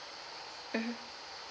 mmhmm